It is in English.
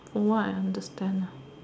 from what I understand ah